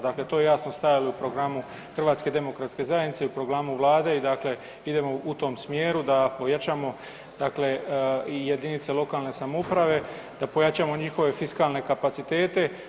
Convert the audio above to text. Dakle, to je jasno stajalo i u programu HDZ-a i u programu Vlade i dakle idemo u tom smjeru da pojačamo dakle i jedinice lokalne samouprave, da pojačamo njihove fiskalne kapacitete.